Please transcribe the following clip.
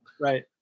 Right